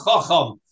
Chacham